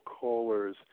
callers